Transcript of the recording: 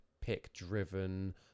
pick-driven